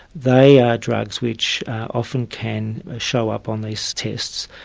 they are drugs which often can show up on these tests.